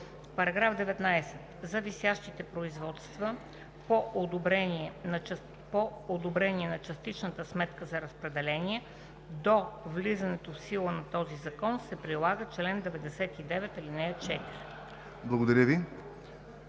§ 19: „§ 19. За висящите производства по одобрение на частичната сметка за разпределение до влизането в сила на този закон се прилага чл. 99, ал.